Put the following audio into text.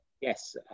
Yes